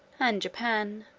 and japan.